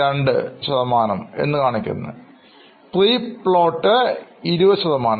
2 ശതമാനം free float 20 ശതമാനം